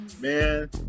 Man